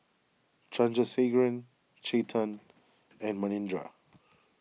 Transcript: Chandrasekaran Chetan and Manindra